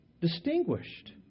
distinguished